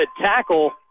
tackle